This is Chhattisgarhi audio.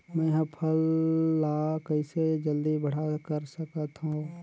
मैं ह फल ला कइसे जल्दी बड़ा कर सकत हव?